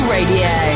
Radio